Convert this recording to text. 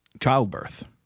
childbirth